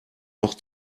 noch